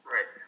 Right